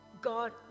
God